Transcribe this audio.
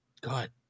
God